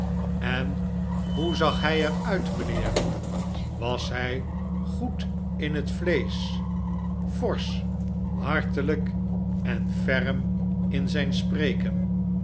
en hoe zag hij er uit mijnheer was hij goed in het vleesch forsch hartelijk en ferm in zijn spreken